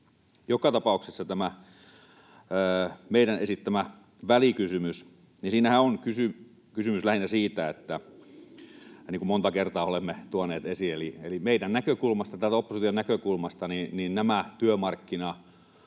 joka tapauksessa tässä meidän esittämässä välikysymyksessähän on kysymys lähinnä siitä — niin kuin monta kertaa olemme tuoneet esiin — että meidän näkökulmasta, täältä opposition näkökulmasta, nämä työmarkkinauudistukset,